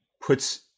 puts